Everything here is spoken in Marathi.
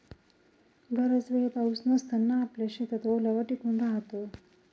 बराच वेळ पाऊस नसताना आपल्या शेतात ओलावा टिकून राहतो